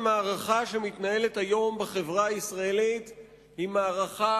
המערכה שמתנהלת היום בחברה הישראלית היא מערכה